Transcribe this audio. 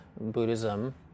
Buddhism